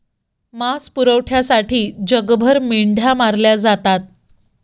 मांस पुरवठ्यासाठी जगभर मेंढ्या मारल्या जातात